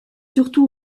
surtout